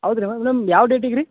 ಹೌದ್ರಿ ma'am madam ಯಾವ ಡೇಟಿಗೆ ರೀ